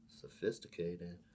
Sophisticated